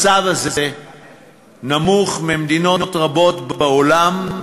המצב הזה נמוך לעומת מדינות רבות בעולם,